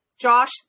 Josh